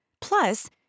Plus